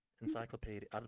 Encyclopedia